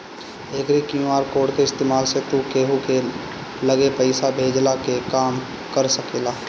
एकरी QR code के इस्तेमाल से तू केहू के लगे पईसा भेजला के काम कर सकेला